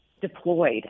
deployed